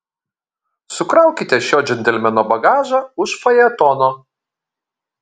sukraukite šio džentelmeno bagažą už fajetono